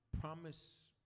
promise